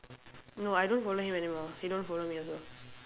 no I don't follow him anymore he don't follow me also